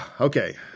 Okay